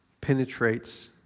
penetrates